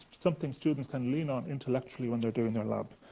something students can lean on intellectually when they're doing their lab.